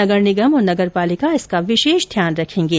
नगर निगम और नगर पालिका इसका विशेष ध्यान रखेंगे